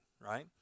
right